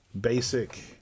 basic